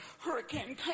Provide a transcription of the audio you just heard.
Hurricane